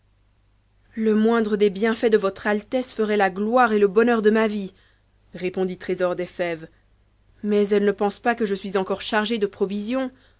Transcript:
le moindre des bienfaits de votre altesse ferait la gloire et le bonheur de ma vie répondit trésor des fèves mais elle ne pense pas que je suis encore chargé de provisions